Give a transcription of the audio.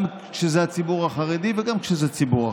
גם כשזה הציבור החרדי וגם כשזה ציבור אחר.